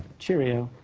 cheerio.